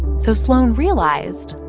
so sloan realized.